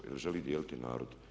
Jer želi dijeliti narod.